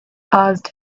asked